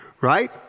right